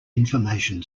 information